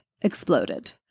exploded